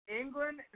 England